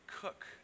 cook